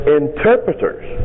interpreters